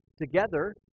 together